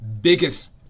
biggest